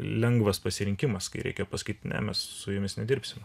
lengvas pasirinkimas kai reikia pasakyt ne mes su jumis nedirbsim